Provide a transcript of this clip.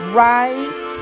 right